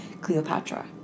cleopatra